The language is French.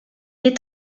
est